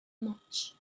much